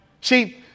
See